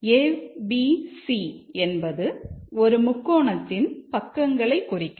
a b c என்பது ஒரு முக்கோணத்தின் பக்கங்களை குறிக்கும்